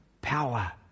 power